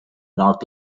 north